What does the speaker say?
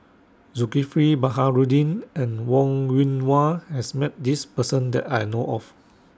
Zulkifli Baharudin and Wong Yoon Wah has Met This Person that I know of